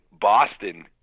Boston